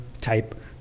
type